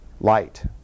light